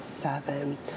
Seven